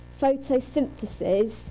Photosynthesis